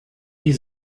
wie